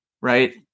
right